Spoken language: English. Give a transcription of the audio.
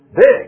big